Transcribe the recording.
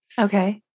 Okay